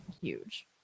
huge